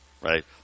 Right